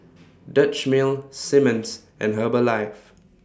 Dutch Mill Simmons and Herbalife